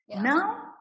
Now